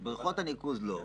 בריכות הניקוז לא.